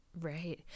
Right